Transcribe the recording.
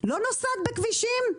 לא נוסעת בכבישים?